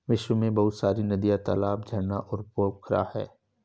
विश्व में बहुत सारी नदियां, तालाब, झरना और पोखरा है